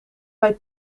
bij